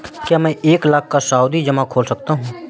क्या मैं एक लाख का सावधि जमा खोल सकता हूँ?